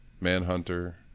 Manhunter